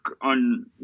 on